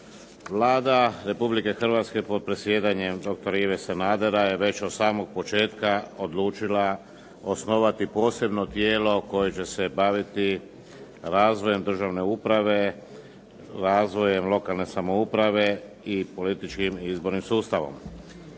Vlada Republike Hrvatske pod predsjedanjem dr. Ive Sanadera je već od samog početka odlučila osnovati posebno tijelo koje će se baviti razvojem državne uprave, razvojem lokalne samouprave i političkim izbornim sustavom.